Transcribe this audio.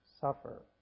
suffer